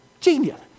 Genius